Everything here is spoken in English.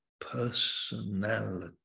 personality